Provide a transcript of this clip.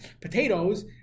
potatoes